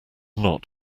not